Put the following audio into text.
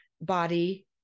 body